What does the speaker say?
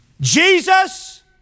Jesus